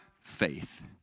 faith